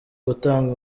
gutanga